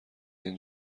این